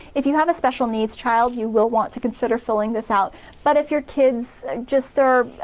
if you have a special needs child you will want to consider filling this out but if your kids just are,